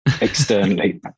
externally